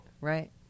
Right